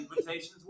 Invitations